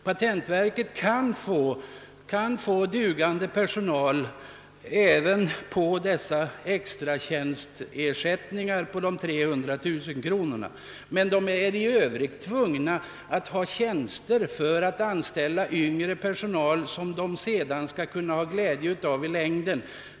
Patentverket kan skaffa sig dugande ingenjörspersonal till extra arbetsinsatser om anslaget höjs med 300 000 kronor. I övrigt måste verket ha tjänster för att kunna anställa yngre ingenjörer, som verket kan ha glädje av i längden.